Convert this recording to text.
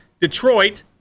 Detroit